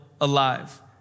alive